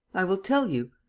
i will tell you.